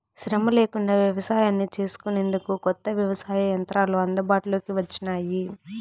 శ్రమ లేకుండా వ్యవసాయాన్ని చేసుకొనేందుకు కొత్త వ్యవసాయ యంత్రాలు అందుబాటులోకి వచ్చినాయి